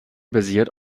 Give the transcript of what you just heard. basiert